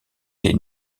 les